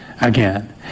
again